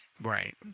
Right